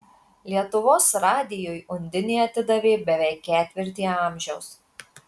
lietuvos radijui undinė atidavė beveik ketvirtį amžiaus